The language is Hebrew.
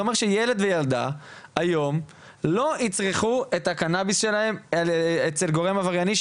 זה אומר שילד וילדה היום לא יצרכו את הקנאביס שלהם אצל גורם עברייני,